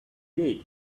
day